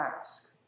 ask